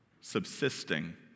subsisting